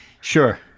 Sure